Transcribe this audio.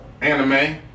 Anime